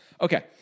Okay